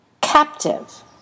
captive